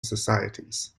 societies